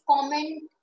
comment